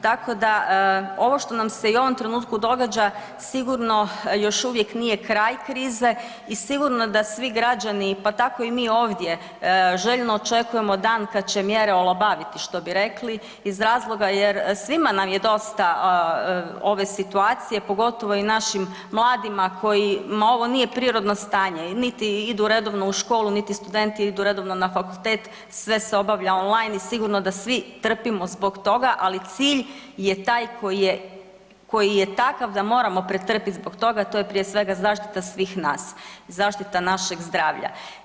Tako da ovo što nam se i u ovom trenutku događa, sigurno još uvijek nije kraj krize i sigurno da svi građani pa tako i mi ovdje, željno očekujemo dan kad će mjere olabaviti što bi rekli iz razloga jer svima nam je dosta ove situacije, pogotovo i našim mladima kojima ovo nije prirodno stanje, niti idu redovno u školu niti studenti idu redovno na fakultet, sve se obavlja online i sigurno da svi trpimo zbog toga ali cilj je taj koji je takav da moramo pretrpiti zbog toga, to je prije svega zaštita svih nas, zaštita našeg zdravlja.